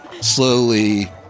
slowly